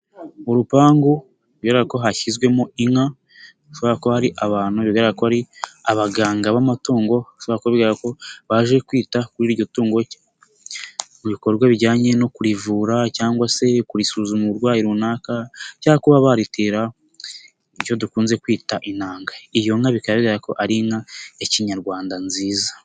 Urupangu bigaragarako hashyizwemo inka bishobora kuba ari abantu bigaragaragrako ari abaganga b'amatungo bashobora kuba bigaragarako baje kwita kuri iryo tungo cyangwa mu bikorwa bijyanye no kurivura cyangwa se kurisuzuma uburwayi runaka cyangwa kuba baritera ibyo dukunze kwita inanga, iyo nka bikaba bigaragarako ari inka ya kinyarwanda nziza.